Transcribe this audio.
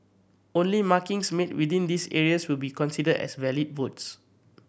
only markings made within these areas will be considered as valid votes